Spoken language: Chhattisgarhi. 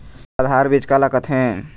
आधार बीज का ला कथें?